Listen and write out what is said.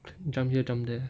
jump here jump there